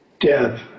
Death